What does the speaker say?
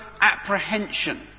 apprehension